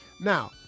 Now